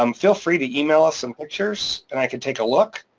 um feel free to email us some pictures and i could take a look.